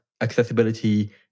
accessibility